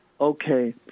okay